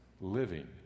living